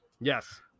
yes